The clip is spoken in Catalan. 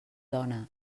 dona